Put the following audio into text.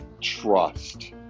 trust